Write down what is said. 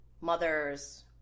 mothers